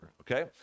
okay